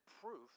proof